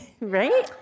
Right